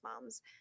Moms